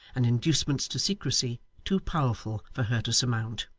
and inducements to secrecy too powerful for her to surmount.